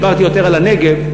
דיברתי יותר על הנגב,